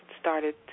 started